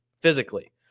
physically